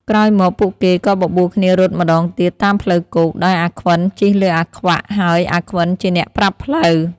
ក្រោយមក ពួកគេក៏បបួលគ្នារត់ម្តងទៀតតាមផ្លូវគោក ដោយអាខ្វិនជិះលើកអាខ្វាក់ ហើយអាខ្វិនជាអ្នកប្រាប់ផ្លូវ ។